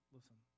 Listen